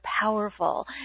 powerful